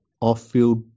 off-field